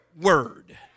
word